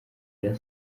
kuri